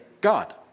God